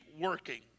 working